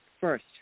first